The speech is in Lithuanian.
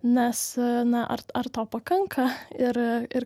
nes na ar ar to pakanka ir ir